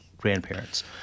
grandparents